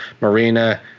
Marina